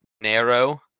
narrow